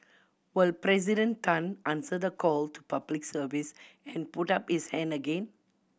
will President Tan answer the call to Public Service and put up his hand again